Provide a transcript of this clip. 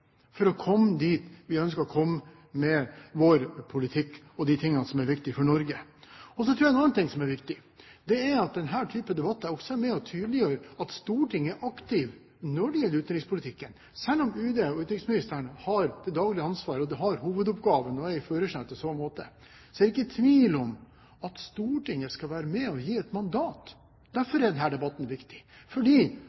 for å komme dit vi ønsker å komme med vår politikk, og de tingene som er viktige for Norge. En annen ting som jeg tror er viktig, er at denne type debatter også er med på å tydeliggjøre at Stortinget er aktiv når det gjelder utenrikspolitikken. Selv om UD og utenriksministeren har hovedoppgaven – har det daglige ansvaret og er i førersetet i så måte – er det ikke tvil om at Stortinget skal være med og gi et mandat.